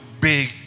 big